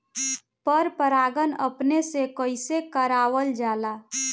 पर परागण अपने से कइसे करावल जाला?